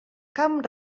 camp